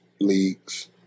leagues